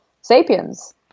sapiens